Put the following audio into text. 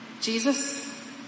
Jesus